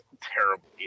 terribly